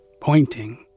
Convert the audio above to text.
pointing